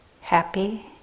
happy